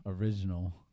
original